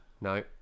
No